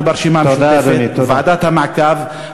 אנחנו ברשימה המשותפת וועדת המעקב,